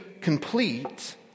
complete